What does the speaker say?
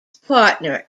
partner